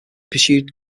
pursued